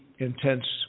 intense